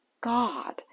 God